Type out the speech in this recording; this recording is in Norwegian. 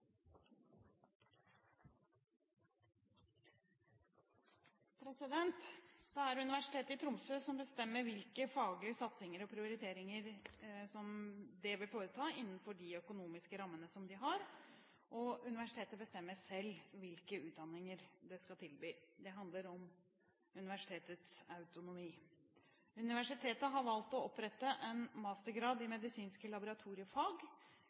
Det er Universitetet i Tromsø som bestemmer hvilke faglige satsinger og prioriteringer det vil foreta innenfor sine økonomiske rammer, og universitetet bestemmer selv hvilke utdanninger det skal tilby. Det handler om universitetets autonomi. Universitetet har valgt å opprette en mastergrad i medisinske laboratoriefag.